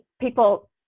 people